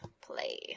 play